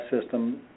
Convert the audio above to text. system